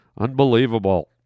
Unbelievable